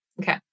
okay